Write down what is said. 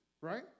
right